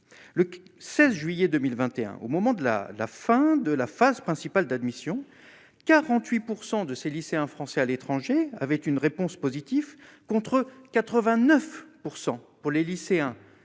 le 16 juillet 2021, au moment de la la fin de la phase principale d'admission 48 % de ces lycéens français à l'étranger avec une réponse positifs contre 89 % pour les lycéens français